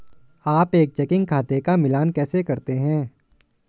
आप एक चेकिंग खाते का मिलान कैसे करते हैं?